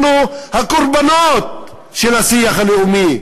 אנחנו הקורבנות של השיח הלאומי,